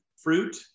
Fruit